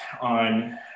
on